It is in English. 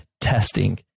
testing